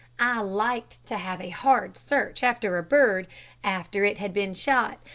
i liked to have a hard search after a bird after it had been shot,